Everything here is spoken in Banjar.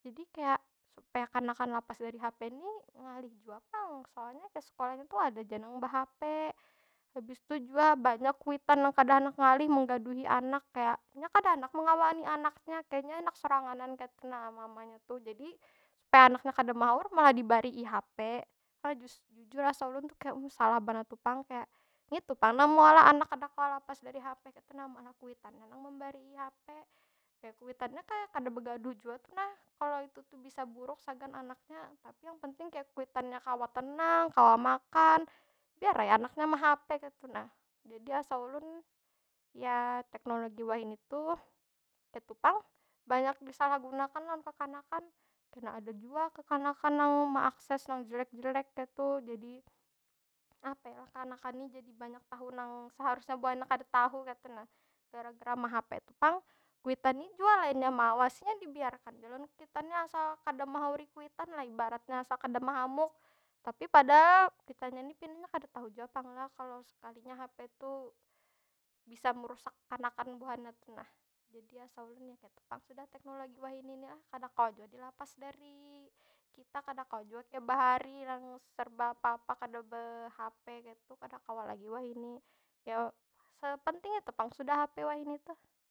Jadi kaya, supaya kanakan lapas dari hape nih ngalih jua pang. Soalnya kaya sekolahnya tu ada ja nang behape. Habis tu jua banyak kuitan nang kada handak ngalih menggaduhi anka kaya, nya kada handak mengawani anaknya. Kaya nya handak soranganan kaytu nah, mamanya tuh. Jadi supaya anaknya kada mehaur malah dibarii hape. Nah jujur asa ulun tu kaya, nih salah banar tu pang. Kaya, itu pang nang meolah anak kada kawa lapas dari hape kaytu nah. Malah kuitannya nang membarii hape. Kaya kuitannya kaya kada begaduh jua tu nah, kalau itu tuh bisa buruk sagan anaknya. Tapi yang penting kaya kuitannya kawa tenang, kawa makan. Biar ai anaknya mehape kaytu nah. Jadi asa ulun, ya teknologi wahini tuh kaytu pang. Banyak disalah gunakan lawan kekanakan. Kena ada jua kekanakan nang meakses nang jelek- jelek kaytu. Jadi, apa yo lah? Kanakan ni jadi banyak tahu nang seharusnya buhannya kada tahu kaytu nah. Gara- gara mehape tu pang. Kuitan ni jua lainnya meawasi nya dibiarkan ja lawan kuitannya asal kada mehauri kuitan lah ibaratnya asal kada mehamuk. Tapi padahal kuitannya ni pinanya kada tahu jua pang lah kalau sekalinya hape tuh bisa merusak kanakan buhannya tu nah. Jadi asa ulun ya kaytu pang sudah teknologi wahini ni ah. Kada kawa jua dilapas dari kita. Kada kawa jua kaya bahari nang serba apa- apa kada behape kaytu. Kada kawa lagi wahini, ya sepenting itu pang sudah hape wahini tuh.